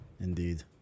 Indeed